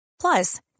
Plus